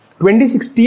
2016